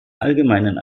allgemeinen